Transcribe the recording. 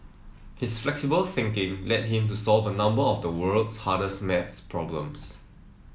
his flexible thinking led him to solve a number of the world's hardest maths problems